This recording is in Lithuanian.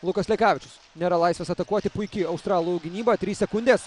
lukas lekavičius nėra laisvas atakuoti puiki australų gynyba trys sekundės